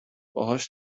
باهاش